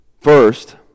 First